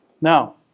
Now